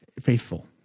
faithful